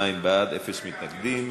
22 בעד, אפס מתנגדים.